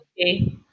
Okay